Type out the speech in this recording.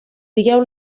digueu